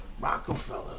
Rockefeller